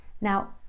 Now